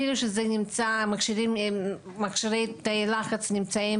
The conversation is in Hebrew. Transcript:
אפילו שמכשירי תאי לחץ נמצאים